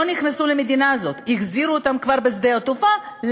בתקציב 2015 היה 300 מיליון,